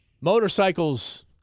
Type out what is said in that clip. Motorcycles